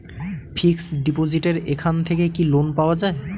Fix ডিপোজিটের এখান থেকে কি লোন পাওয়া যায়?